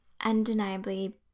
undeniably